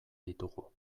ditugu